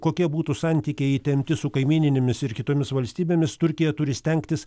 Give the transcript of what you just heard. kokie būtų santykiai įtempti su kaimyninėmis ir kitomis valstybėmis turkija turi stengtis